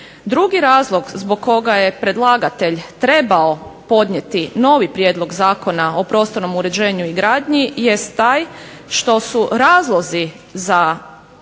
Drugi razlog zbog koga je predlagatelj trebao podnijeti novi Prijedlog zakona o prostornom uređenju i gradnji, jest taj što su razlozi za